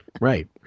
right